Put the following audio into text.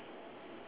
ya